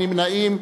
אין נמנעים.